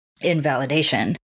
invalidation